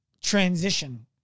transition